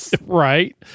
Right